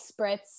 spritz